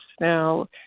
Now